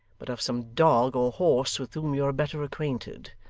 but of some dog or horse with whom you are better acquainted.